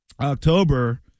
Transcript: October